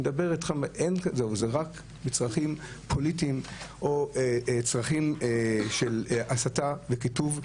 זה רק לצרכים פוליטיים או צרכים של הסתה פוליטית וקיטוב,